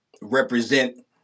represent